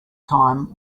time